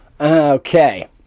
Okay